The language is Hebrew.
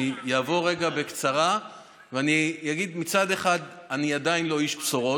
אני אעבור רגע בקצרה ואני אגיד שמצד אחד אני עדיין לא איש בשורות.